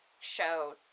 show